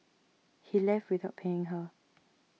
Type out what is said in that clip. he left without paying her